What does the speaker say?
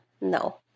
No